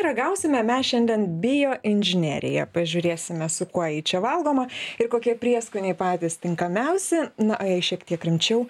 ragausime mes šiandien bioinžinerija pažiūrėsime su kuo ji čia valgoma ir kokie prieskoniai patys tinkamiausi na o jei šiek tiek rimčiau